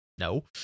no